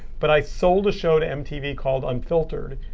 but i sold a show to mtv called unfiltered.